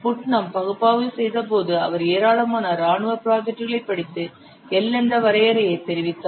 Putnam பகுப்பாய்வு செய்தபோது அவர் ஏராளமான இராணுவ ப்ராஜெக்ட்களைப் படித்து L என்ற வரையறையை தெரிவித்தார்